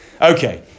Okay